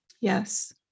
Yes